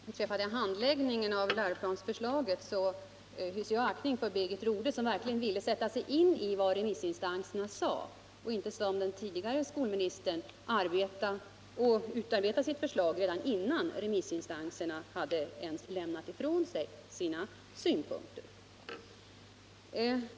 Herr talman! Beträffande handläggningen av läroplansförslaget hyser jag aktning för Birgit Rodhe, som verkligen ville sätta sig in i vad remissinstanserna sade och inte, som den tidigare skolministern, utarbeta sitt förslag redan innan remissinstanserna ens hade lämnat ifrån sig sina synpunkter.